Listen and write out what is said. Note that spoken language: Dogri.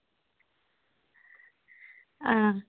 हां